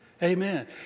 Amen